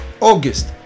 August